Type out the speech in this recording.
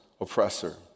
oppressor